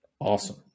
Awesome